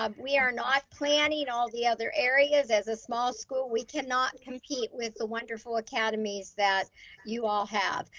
um we are not planning all the other areas as a small school. we cannot compete with the wonderful academies that you all have.